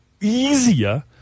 easier